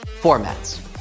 FORMATS